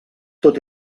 tot